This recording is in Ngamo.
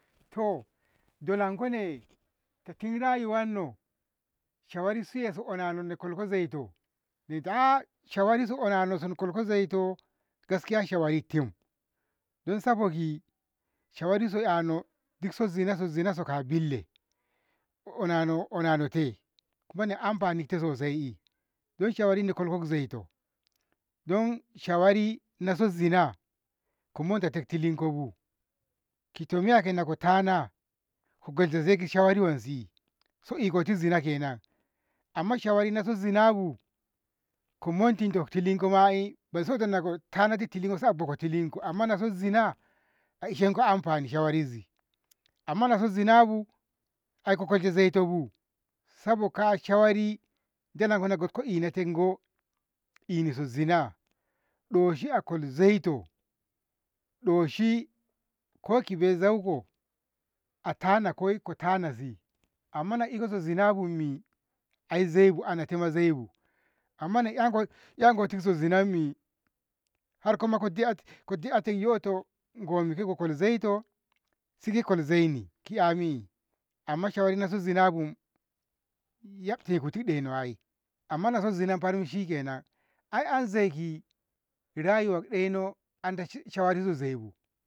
To ndolonko na'e ta tin rayuwatno shofodissiya onano inkolko zai toh inta aah shawari onano inkolko zaito gaskiya shawari tim dan sabogi shawari so ano dikso zina so zina so aka bille onano onano te kona amfanit kete sosai ei dan shawarin inkolko zaito, don shawari nasos zina komontate ki tilinkobu kitomiya nakotana ko kolshe zai kishawari wanse ikotiz zina kenan amma shawari nasso so zinabu komontito ki tilin koma ei, fadɗi soto tanadi tilinko sai aboki tilinko amma naso zina a ishenko amfanizi amma naso zinabu ai ko kolshe zaitobu sabo kaa shawari dana ko gotko ina tai goo i'niso zina doshi a koli zaito, doshi koki bai zauko atanakoi ko tanasi amma na iko so zinabummi ai zaibu anatama ai zaibu amma na enko- enkoti so zinammi harko mokatai kode'ate yoto gommi ke a zaito sike koli zaini ki 'yami amma shawari so zinabu yftenaku ɗeno ai amma naso zina farinshi kenan an anzaiki kirayuɗ ɗeno andi shawari sosai bu.